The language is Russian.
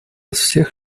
всех